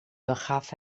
begaf